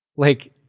like,